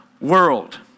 world